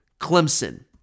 Clemson